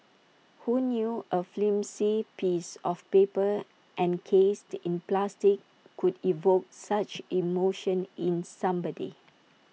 who knew A flimsy piece of paper encased in plastic could evoke such emotion in somebody